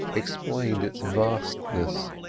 explained its vastness,